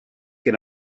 can